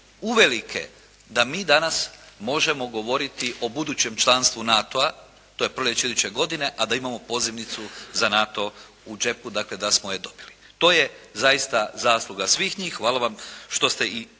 uvelike da mi danas možemo govoriti o budućem članstvu NATO-a, to je proljeće iduće godine, a da imamo pozivnicu za NATO u džepu, dakle da smo je dobili. To je zaista zasluga svih njih. Hvala vam što ste i